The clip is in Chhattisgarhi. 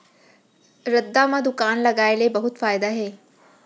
रद्दा म दुकान लगाय ले बहुत फायदा हे